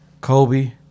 Kobe